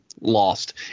lost